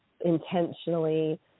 intentionally